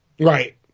Right